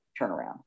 turnaround